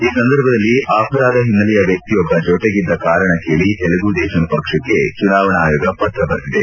ಈ ಸಂದರ್ಭದಲ್ಲಿ ಅಪರಾಧ ಹಿನ್ನೆಲೆಯ ವ್ಯಕ್ತಿಯೊಬ್ಲ ಜೊತೆಗಿದ್ದ ಕಾರಣ ಕೇಳಿ ತೆಲುಗು ದೇಶಂ ಪಕ್ಷಕ್ಕೆ ಚುನಾವಣಾ ಆಯೋಗ ಪತ್ರ ಬರೆದಿದೆ